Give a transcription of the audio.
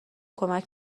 کمک